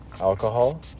alcohol